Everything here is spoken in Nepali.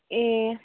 ए